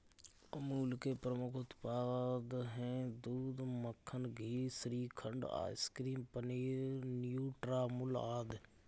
अमूल के प्रमुख उत्पाद हैं दूध, मक्खन, घी, श्रीखंड, आइसक्रीम, पनीर, न्यूट्रामुल आदि